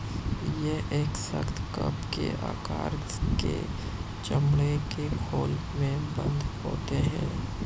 यह एक सख्त, कप के आकार के चमड़े के खोल में बन्द होते हैं